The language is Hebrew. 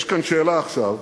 יש כאן שאלה, עכשיו,